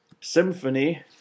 Symphony